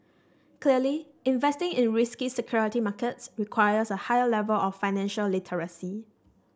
clearly investing in risky security markets requires a higher level of financial literacy